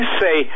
say